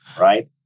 right